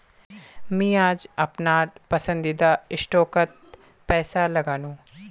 मी आज अपनार पसंदीदा स्टॉकत पैसा लगानु